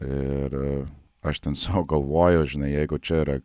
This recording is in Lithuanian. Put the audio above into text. ir aš ten sau galvojo žinai jeigu čia yra